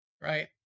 Right